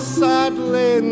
sadly